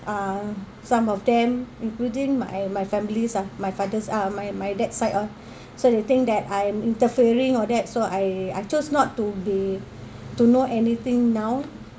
um some of them including my my families lah my father's uh my my dad's side ah so they think that I'm interfering all that so I chose not to be to know anything now